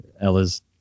Ella's